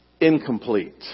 incomplete